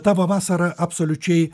tavo vasara absoliučiai